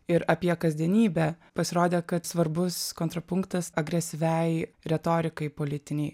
ir apie kasdienybę pasirodė kad svarbus kontrapunktas agresyviai retorikai politiniei